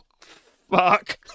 fuck